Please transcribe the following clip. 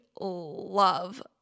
love